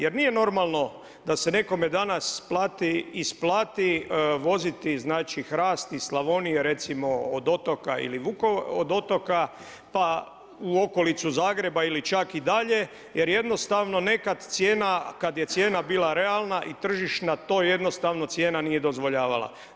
Jer nije normalno da se nekome danas isplati voziti, znači hrast iz Slavonije recimo od Otoka pa u okolicu Zagreba ili čak i dalje, jer jednostavno nekad cijena kad je cijena bila realna i tržišna to jednostavno cijena nije dozvoljavala.